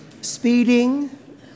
Speeding